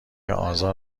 آزار